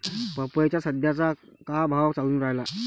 पपईचा सद्या का भाव चालून रायला?